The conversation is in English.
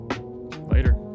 Later